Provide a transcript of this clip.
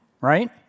right